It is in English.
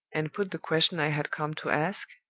and put the question i had come to ask,